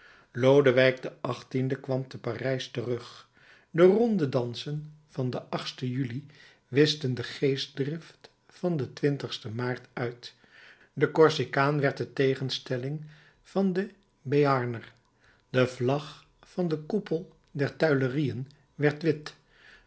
lodewijk xviii kwam te parijs terug de rondedansen van den juli wischten de geestdrift van den maart uit de korsikaan werd de tegenstelling van den béarner de vlag van den koepel der tuilerieën werd wit